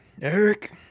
Eric